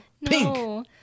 No